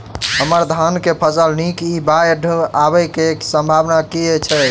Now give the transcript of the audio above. हम्मर धान केँ फसल नीक इ बाढ़ आबै कऽ की सम्भावना छै?